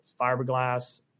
fiberglass